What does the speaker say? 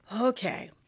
Okay